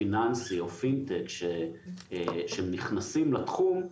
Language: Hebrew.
פיננסי או פינטק, כאשר הם נכנסים לתחום,